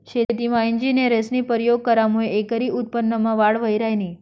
शेतीमा इंजिनियरस्नी परयोग करामुये एकरी उत्पन्नमा वाढ व्हयी ह्रायनी